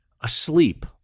asleep